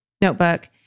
notebook